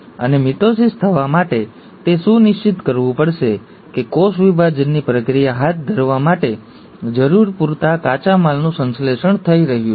અને મિટોસિસ થવા માટે તે સુનિશ્ચિત કરવું પડશે કે કોષ વિભાજનની પ્રક્રિયા હાથ ધરવા માટે જરૂરી પૂરતા કાચા માલનું સંશ્લેષણ થઈ રહ્યું છે